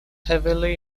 heavily